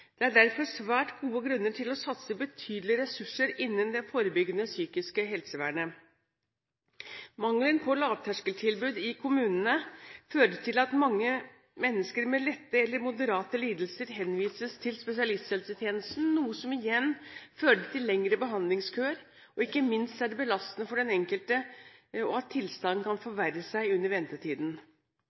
Det er derfor svært gode grunner til å satse betydelige ressurser innen det forebyggende psykiske helsevernet. Mangelen på lavterskeltilbud i kommunene fører til at mange mennesker med lette eller moderate lidelser henvises til spesialisthelsetjenesten, noe som igjen fører til lengre behandlingskøer. Ikke minst er det belastende for den enkelte at tilstanden kan forverre seg under ventetiden.